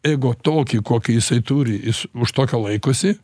ego tokį kokį jisai turi jis už tokio laikosi